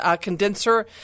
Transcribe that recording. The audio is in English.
condenser